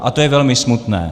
A to je velmi smutné.